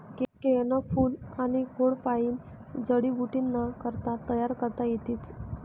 केयनं फूल आनी खोडपायीन जडीबुटीन्या वस्तू तयार करता येतीस